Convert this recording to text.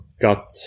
got